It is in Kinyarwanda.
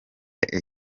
rev